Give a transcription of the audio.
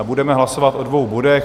Budeme hlasovat o dvou bodech.